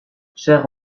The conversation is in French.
cher